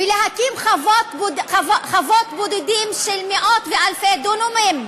ולהקים חוות בודדים של מאות ואלפי דונמים,